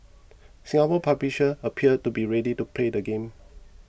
Singapore publishers appear to be ready to play the game